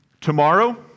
tomorrow